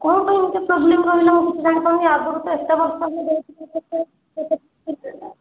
କ'ଣ ପାଇଁ ଏମତି ପ୍ରୋବ୍ଲେମ୍ ରହିଲା ମୁଁ କିଛି ଜାଣିପାରୁନି ଆଗରୁ ତ ଏତେ ବର୍ଷ ହେଲା ଦେଉଥିଲେ କେତେ